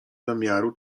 zamiaru